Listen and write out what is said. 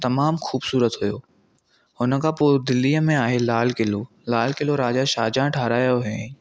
तमाम खु़बसूरत हो हुन खां पोइ दिल्लीअ में आहे लाल क़िलो लाल क़िलो राजा शाहजहां ठारायो हो